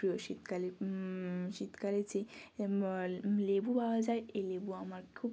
প্রিয় শীতকালে শীতকালে যে লেবু পাওয়া যায় এই লেবু আমার খুব